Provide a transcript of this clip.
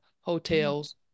Hotels